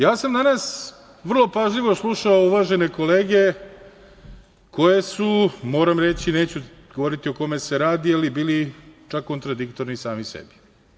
Ja sam danas vrlo pažljivo slušao uvažene kolege koje su, moram reći, neću govoriti o kome se radi, ali bili čak kontradiktorni sami sebi.